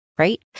right